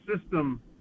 system